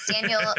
daniel